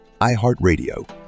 iHeartRadio